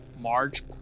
Marge